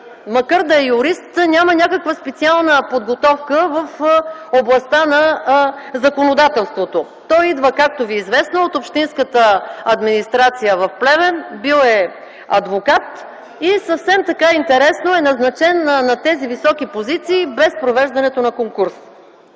макар да е юрист, няма някаква специална подготовка в областта на законодателството. Той идва, както Ви е известно, от общинската администрация в Плевен. Бил е адвокат и съвсем интересно е назначен на тези високи позиции без провеждането на конкурс.